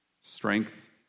Strength